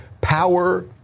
power